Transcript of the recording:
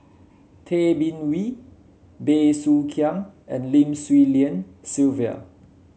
Tay Bin Wee Bey Soo Khiang and Lim Swee Lian Sylvia